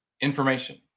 information